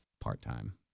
part-time